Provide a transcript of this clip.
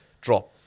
drop